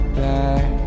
back